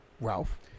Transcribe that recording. Ralph